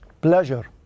Pleasure